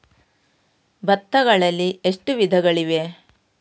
ಭತ್ತಗಳಲ್ಲಿ ಎಷ್ಟು ವಿಧಗಳಿವೆ?